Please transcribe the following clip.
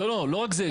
לא רק זה.